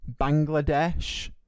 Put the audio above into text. Bangladesh